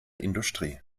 industrie